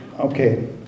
Okay